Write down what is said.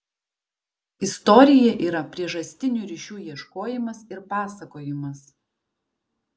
istorija yra priežastinių ryšių ieškojimas ir pasakojimas